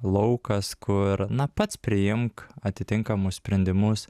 laukas kur na pats priimk atitinkamus sprendimus